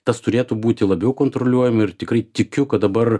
tas turėtų būti labiau kontroliuojami ir tikrai tikiu kad dabar